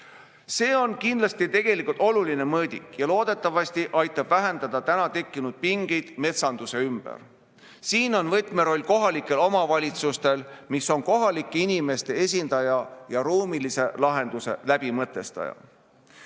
See on kindlasti tegelikult oluline mõõdik ja loodetavasti aitab vähendada metsanduse ümber tekkinud pingeid. Siin on võtmeroll kohalikel omavalitsustel, mis on kohalike inimeste esindaja ja ruumilise lahenduse läbimõtestaja.